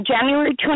January